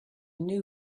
new